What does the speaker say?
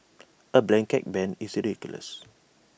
A blanket ban is ridiculous